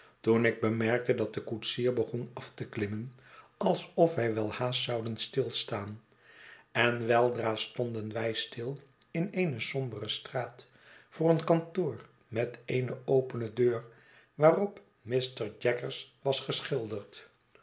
toen ik bemerkte dat de koetsier begon af te klimmen alsof wij welhaast zouden stilstaan en weldra stonden wij stii in eene sombere straat voor een kantoor met eene opene deur waarop mr jaggers was geschilderd